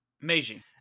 meiji